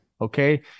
Okay